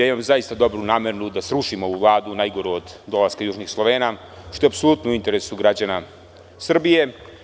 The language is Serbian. Zaista imam dobru nameru da srušim ovu Vladu, najgoru od dolaska Južnih Slovena, što je u apsolutnom interesu građana Srbije.